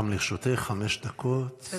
גם לרשותך חמש דקות, בבקשה.